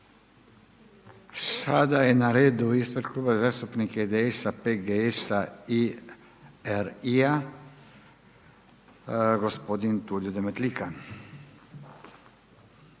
Sada je na redu ispred Kluba zastupnika IDS-a, PGS-a i RI-a, gospodin Tulio Demetlika.